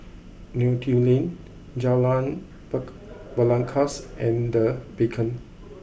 Neo Tiew Lane Jalan bark Belangkas and Beacon